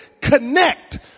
Connect